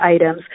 items